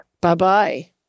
Bye-bye